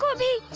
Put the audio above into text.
ah me